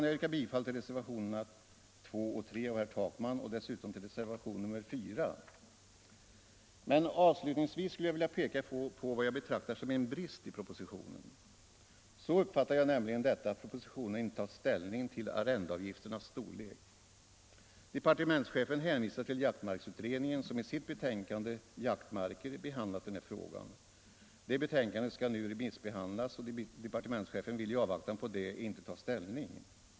Jag yrkar bifall till reservationerna 2 och 3 av herr Takman och dessutom till reservationen 4 av herr Lindberg m.fl. Avslutningsvis vill jag peka på vad jag betraktar som en brist i propositionen. Så uppfattar jag nämligen detta att propositionen inte tagit ställning till arrendeavgifternas storlek. Departementschefen hänvisar till jaktmarksutredningen som i sitt betänkande Jaktmarker behandlat den här frågan. Det betänkandet skall nu remissbehandlas, och departementschefen vill i avvaktan på detta inte ta ställning.